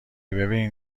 ببین